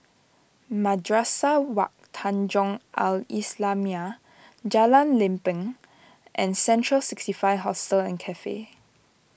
Madrasah Wak Tanjong Al Islamiah Jalan Lempeng and Central sixty five Hostel and Cafe